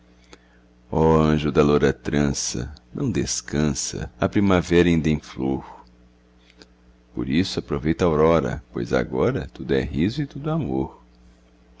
ó anjo da loura trança não descansa a primavera inda em flor por isso aproveita a aurora pois agora tudo é riso e tudo amor